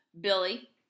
Billy